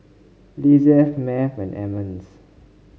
Lizeth Math and Emmons